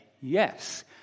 yes